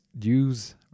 use